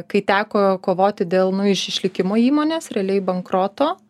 kai teko kovoti dėl nu iš išlikimo įmonės realiai bankroto